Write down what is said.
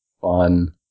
Fun